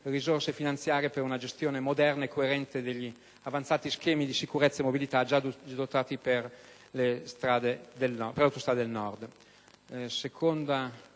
risorse finanziarie per una gestione moderna e coerente agli avanzati schemi di sicurezza e mobilità già adottati per le autostrade del Nord.